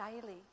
daily